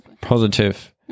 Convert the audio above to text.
positive